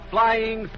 Flying